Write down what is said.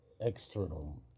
external